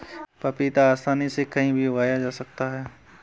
पपीता आसानी से कहीं भी उगाया जा सकता है